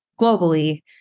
globally